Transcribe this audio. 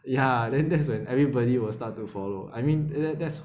ya then that's when everybody will start to follow I mean that that's